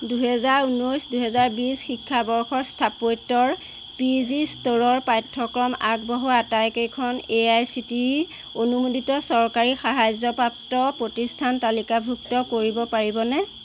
দুহেজাৰ ঊনৈছ দুহেজাৰ বিছ শিক্ষাবৰ্ষত স্থাপত্যৰ পি জি স্তৰৰ পাঠ্যক্ৰম আগবঢ়োৱা আটাইকেইখন A I C T E অনুমোদিত চৰকাৰী সাহায্যপ্ৰাপ্ত প্ৰতিষ্ঠান তালিকাভুক্ত কৰিব পাৰিবনে